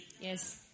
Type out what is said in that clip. yes